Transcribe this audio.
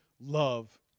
love